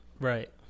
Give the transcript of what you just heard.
Right